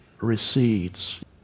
recedes